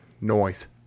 noise